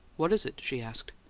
what is it? she asked.